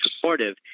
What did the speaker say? supportive